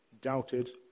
doubted